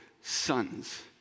sons